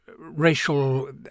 Racial